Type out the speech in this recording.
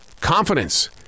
confidence